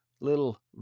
little